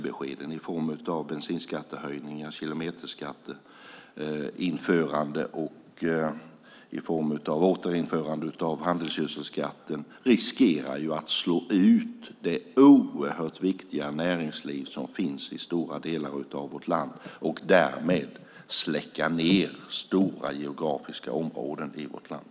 Bensinskattehöjningar, införande av kilometerskatt och återinförande av handelsgödselskatten riskerar att slå ut det oerhört viktiga näringsliv som finns i stora delar av vårt land och därmed släcka ned stora geografiska områden i vårt land.